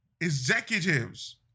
executives